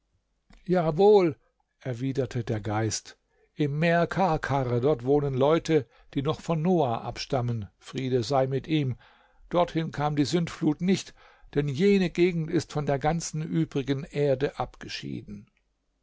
erwiderte der geist im meer karkar dort wohnen leute die noch von noah abstammen friede sei mit ihm dorthin kam die sündflut nicht denn jene gegend ist von der ganzen übrigen erde abgeschieden